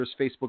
Facebook